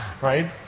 right